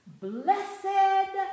blessed